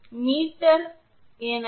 𝑚𝑡 எனவே இது